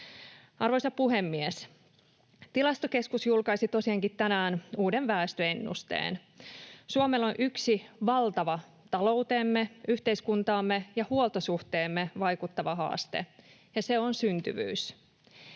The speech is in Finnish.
Arvoisa puhemies! Tilastokeskus julkaisi tosiaankin tänään uuden väestöennusteen. Suomella on yksi valtava talouteemme, yhteiskuntaamme ja huoltosuhteeseemme vaikuttava haaste, ja se on syntyvyys.